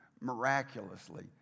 miraculously